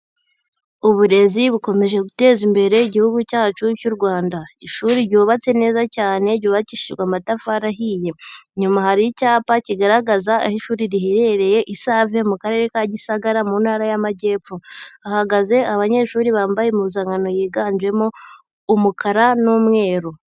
Uburezi bukomeje guteza imbere Igihugu cyacu cy'u Rwanda, ishuri ryubatse neza cyane ryubakishijwe amatafari ahiye, inyuma hari icyapa kigaragaza aho ishuri riherereye i Save mu Karere ka Gisagara mu Ntara y'Amajyepfo, hahagaze abanyeshuri bambaye impuzankano yiganjemo umukara n'umweru.